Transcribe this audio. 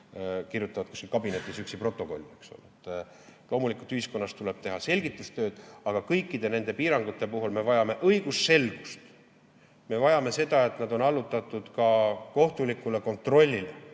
kirjutavad üksi protokolle. Loomulikult tuleb ühiskonnas teha selgitustööd, aga kõikide nende piirangute puhul me vajame õigusselgust. Me vajame seda, et nad on allutatud ka kohtulikule kontrollile.